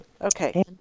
Okay